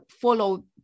follow